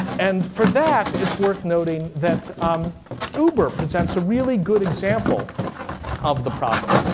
and for that, it's worth noting that um uber presents a really good example of the problem.